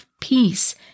peace